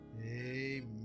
Amen